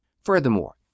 furthermore